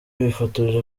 bifotoje